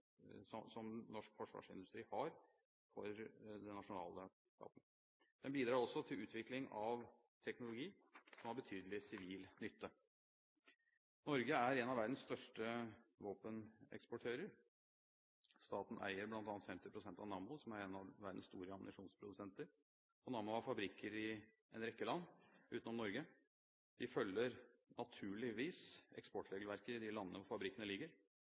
som norsk forsvarsindustri har for den nasjonale staten. Den bidrar også til utvikling av teknologi som har betydelig sivil nytte. Norge er en av verdens største våpeneksportører. Staten eier bl.a. 50 pst. av Nammo, som er en av verdens store ammunisjonsprodusenter, og Nammo har fabrikker i en rekke land utenom Norge. Vi følger naturligvis eksportregelverket i de landene fabrikkene ligger.